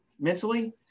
mentally